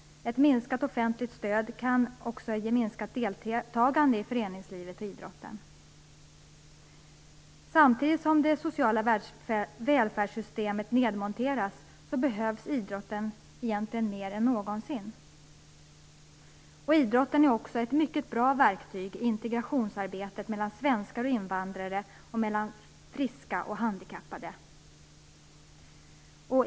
Ett minskat offentligt stöd kan också ge minskat deltagande i föreningslivet och idrotten. Samtidigt behövs egentligen idrotten mer än någonsin när det sociala välfärdssystemet monteras ned. Idrotten är också ett mycket bra verktyg i integrationsarbetet mellan svenskar och invandrare och mellan friska och handikappade.